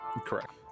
Correct